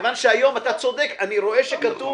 מכיוון שהיום אתה צודק, אני רואה שכתוב.